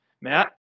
Matt